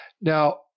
Now